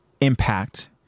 impact